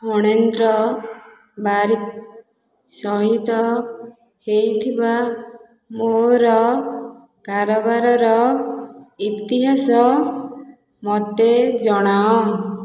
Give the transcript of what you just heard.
ଫଣେନ୍ଦ୍ର ବାରିକ୍ ସହିତ ହେଇଥିବା ମୋର କାରବାରର ଇତିହାସ ମୋତେ ଜଣାଅ